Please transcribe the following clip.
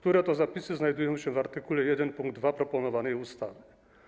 Te zapisy znajdują się w art. 1 pkt 2 proponowanej ustawy.